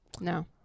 No